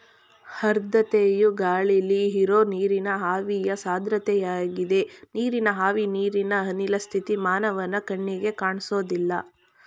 ಆರ್ದ್ರತೆಯು ಗಾಳಿಲಿ ಇರೋ ನೀರಿನ ಆವಿಯ ಸಾಂದ್ರತೆಯಾಗಿದೆ ನೀರಿನ ಆವಿ ನೀರಿನ ಅನಿಲ ಸ್ಥಿತಿ ಮಾನವನ ಕಣ್ಣಿಗೆ ಕಾಣ್ಸೋದಿಲ್ಲ